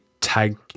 tag